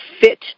fit